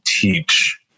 teach